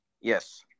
Yes